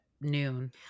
Noon